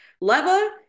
Leva